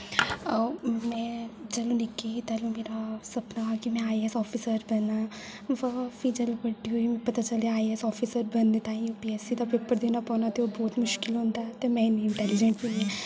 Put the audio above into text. में जदूं निक्की ही तेल्लू मेरा सपना हा कि में आईएएस आफ़िसर बनां ब फ्ही जदूं बड्डी होई बड़ी पता चलेआ आईएएस आफ़िसर बनने ताईं बीएससी दा पेपर देना पौना ते ओह् बोह्त मुश्किल होंदा ऐ ते में इन्नी इंटेलिजेंट नी ऐ